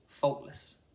faultless